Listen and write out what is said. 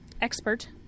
expert